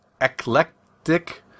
eclectic